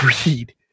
agreed